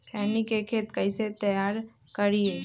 खैनी के खेत कइसे तैयार करिए?